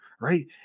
right